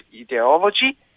ideology